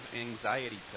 anxiety